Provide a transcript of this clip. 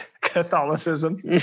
Catholicism